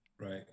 Right